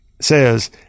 says